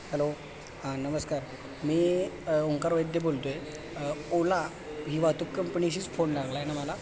hello हां नमस्कार मी ओंकार वैद्य बोलतो आहे ओला हि वाहतूक कंपणीशीच फोन लागला आहे ना मला